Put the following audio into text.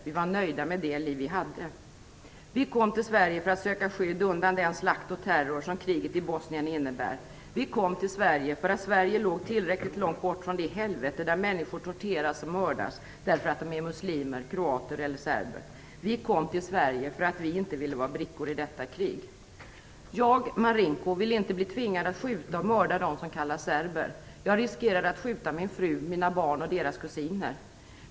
Vi var nöjda med det liv vi hade. Vi kom till Sverige för att söka skydd undan den slakt och terror som kriget i Bosnien innebär. Vi kom till Sverige för att Sverige låg tillräckligt långt bort från det helvete där människor torteras och mördas därför att de är muslimer, kroater eller serber. Vi kom till Sverige för att vi inte ville vara brickor i detta krig. Jag, Marinko, vill inte bli tvingad att skjuta och mörda dem som kallas serber. Jag riskerade att skjuta min fru, mina barn och deras kusiner.